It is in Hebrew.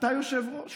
אתה היושב-ראש פה.